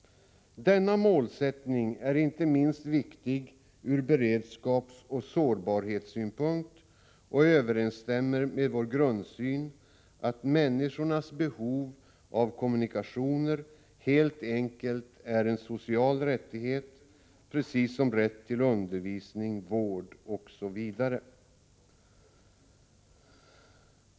Denna målsättning är inte minst viktig från beredskapsoch sårbarhetssynpunkt och överensstämmer med vår grundsyn att människornas behov av kommunikationer helt enkelt är en social rättighet precis som rätt till undervisning, vård osv.